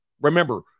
Remember